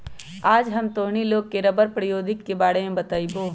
आज हम तोहनी लोग के रबड़ प्रौद्योगिकी के बारे में बतईबो